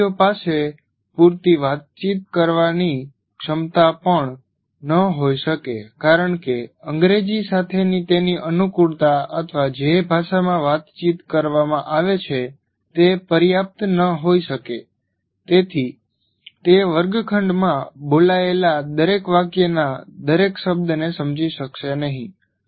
વિદ્યાર્થીઓ પાસે પૂરતી વાતચીત કરવાની ક્ષમતા પણ ન હોઇ શકે કારણ કે અંગ્રેજી સાથેની તેની અનુકુળતા અથવા જે ભાષામાં વાતચીત કરવામાં આવે છે તે પર્યાપ્ત ન હોઈ શકે તેથી તે વર્ગખંડમાં બોલાયેલા દરેક વાક્યના દરેક શબ્દને સમજી શકશે નહીં